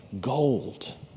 gold